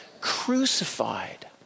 crucified